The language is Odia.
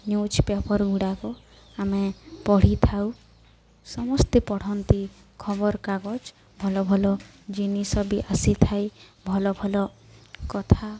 ନ୍ୟୁଜ ପେପରଗୁଡ଼ାକ ଆମେ ପଢ଼ିଥାଉ ସମସ୍ତେ ପଢ଼ନ୍ତି ଖବରକାଗଜ ଭଲ ଭଲ ଜିନିଷ ବି ଆସିଥାଏ ଭଲ ଭଲ କଥା